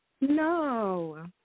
No